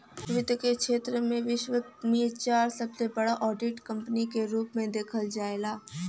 वित्त के क्षेत्र में विश्व में चार सबसे बड़ा ऑडिट कंपनी के रूप में देखल जाला